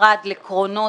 בנפרד לקרונות